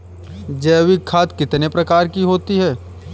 जैविक खाद कितने प्रकार की होती हैं?